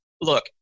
look